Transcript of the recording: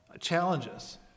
challenges